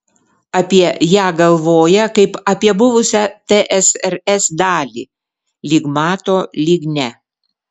apie ją galvoja kaip apie buvusią tsrs dalį lyg mato lyg ne